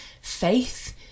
Faith